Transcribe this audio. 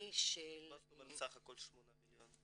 מה זאת אומרת סך הכל שמונה מיליון?